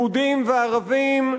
יהודים וערבים,